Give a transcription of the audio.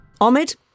Ahmed